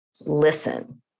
listen